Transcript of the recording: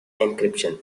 encryption